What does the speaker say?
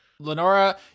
Lenora